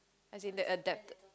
as in the adapted